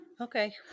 Okay